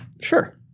Sure